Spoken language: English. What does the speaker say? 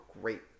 great